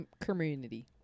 community